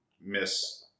miss